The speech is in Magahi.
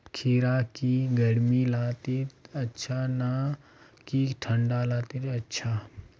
खीरा की गर्मी लात्तिर अच्छा ना की ठंडा लात्तिर अच्छा?